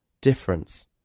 Difference